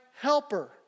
helper